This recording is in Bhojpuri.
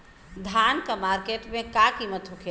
धान क मार्केट में का कीमत होखेला?